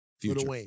Future